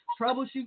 troubleshoot